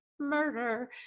murder